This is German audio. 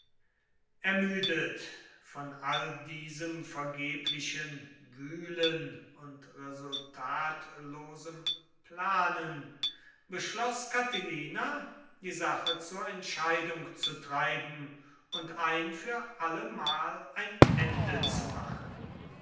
ermüdet von all diesem vergeblichen wühlen und resultatlosem planen beschloß catilina die sache zur entscheidung zu treiben und ein für allemal ein ende zu machen